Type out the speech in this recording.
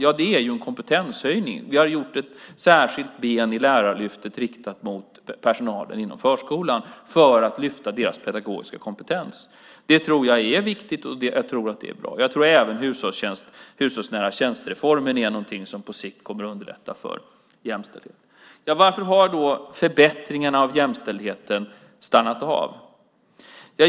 Det är en kompetenshöjning. Vi har skapat ett särskilt ben i Lärarlyftet riktat mot personalen inom förskolan för att lyfta deras pedagogiska kompetens. Det tror jag är viktigt, och jag tror att det är bra. Jag tror även att reformen med hushållsnära tjänster är något som på sikt kommer att underlätta för jämställdhet. Varför har då förbättringarna av jämställdheten stannat av?